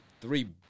three